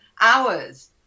hours